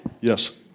Yes